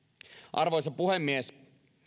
arvoisa puhemies